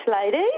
ladies